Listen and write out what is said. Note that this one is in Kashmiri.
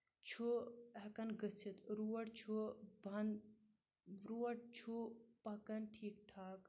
چھُ ہٮ۪کان گٔژھِتھ روڑ چھُ بنٛد روڑ چھُ پَکان ٹھیٖک ٹھاکھ